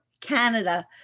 Canada